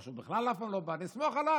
או שהוא בכלל אף פעם לא בא, נסמוך עליו.